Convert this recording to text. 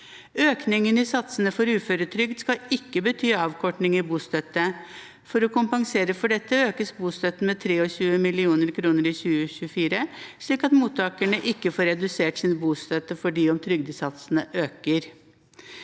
Økningen i satsene for uføretrygd skal ikke bety avkorting i bostøtte. For å kompensere for dette økes bostøtten med 23 mill. kr i 2024, slik at mottakerne ikke får redusert sin bostøtte selv om trygdesatsene øker.